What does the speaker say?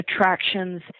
attractions